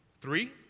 Three